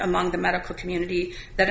among the medical community that